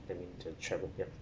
then inter travel yup